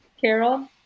Carol